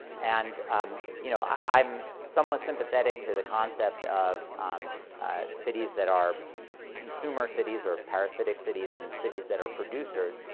and um you know i'm somewhat sympathetic to the concept of um cities that are consumer cities, or parasitic cities, and cities that are producers,